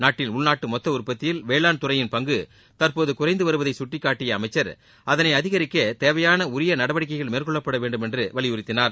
நாட்டின் உள்நாட்டு மொத்த உற்பத்தியில் வேளாண்துறையின் பங்கு தற்போது குறைந்து வருவதை கட்டிக்காட்டிய அமைச்சர் அதனை அதிகரிக்க தேவையான உரிய நடவடிக்கைகள் மேற்கொள்ளப்பட வேண்டும் என்று வலியுறுத்தினார்